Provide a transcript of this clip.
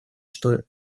что